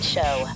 Show